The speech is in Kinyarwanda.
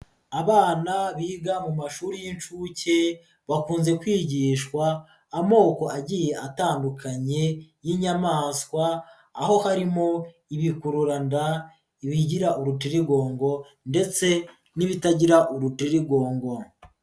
Abana biga mu mashuri y'inshuke bakunze kwigishwa amoko agiye atandukanye y'inyamaswa, aho harimo ibikururanda, bigira urutirigongo ndetse n'ibitagira uruterigongo.